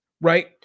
right